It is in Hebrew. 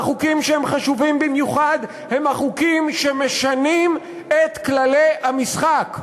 והחוקים שהם חשובים במיוחד הם החוקים שמשנים את כללי המשחק.